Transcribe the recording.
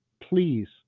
please